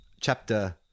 Chapter